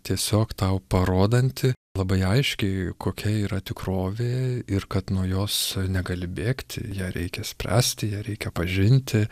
tiesiog tau parodanti labai aiškiai kokia yra tikrovė ir kad nuo jos negali bėgti ją reikia spręsti ją reikia pažinti